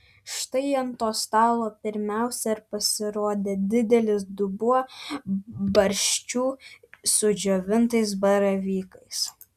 štai ant to stalo pirmiausia ir pasirodė didelis dubuo barščių su džiovintais baravykais